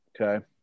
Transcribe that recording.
Okay